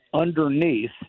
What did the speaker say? underneath